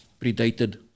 predated